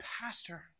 pastor